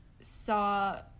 saw